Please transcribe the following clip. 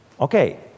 okay